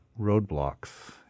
roadblocks